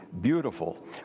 beautiful